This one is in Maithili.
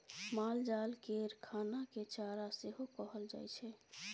मालजाल केर खाना केँ चारा सेहो कहल जाइ छै